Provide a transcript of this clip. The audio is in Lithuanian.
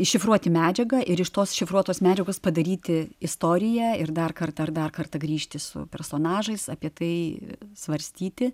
iššifruoti medžiagą ir iš tos šifruotos medžiagos padaryti istoriją ir dar kartą ar dar kartą grįžti su personažais apie tai svarstyti